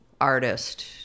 Artist